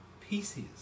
pieces